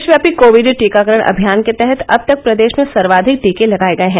देशव्यापी कोविड टीकाकरण अभियान के तहत अब तक प्रदेश में सर्वाधिक टीके लगाये गये हैं